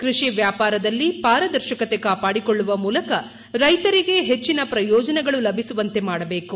ಕೃಷಿ ವ್ಯಾಪಾರದಲ್ಲಿ ಪಾರದರ್ಶಕತೆ ಕಾಪಾಡಿಕೊಳ್ಳುವ ಮೂಲಕ ರೈತರಿಗೆ ಹೆಚ್ಚಿನ ಪ್ರಯೋಜನಗಳು ಲಭಿಸುವಂತೆ ಮಾಡಬೇಕು